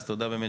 אז תודה באמת